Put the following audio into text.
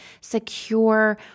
secure